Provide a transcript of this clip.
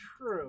true